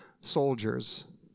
soldiers